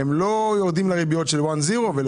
לא יורדים לריביות של בנק One Zero .